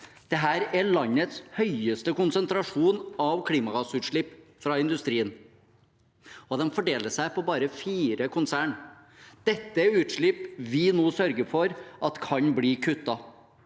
Dette er landets høyeste konsentrasjon av klimagassutslipp fra industrien. Den fordeler seg på bare fire konsern. Dette er utslipp vi nå sørger for at kan bli kuttet.